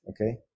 okay